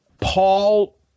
Paul